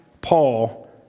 Paul